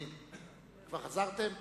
כבר חזרתם?